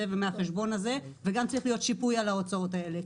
ומהחשבון הזה וגם צריך להיות שיפוי על ההוצאות האלה,